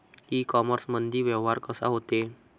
इ कामर्समंदी व्यवहार कसा होते?